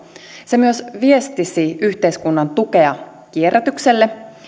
se myös viestisi yhteiskunnan tukea kierrätykselle